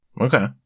Okay